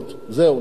זהו, נקודה.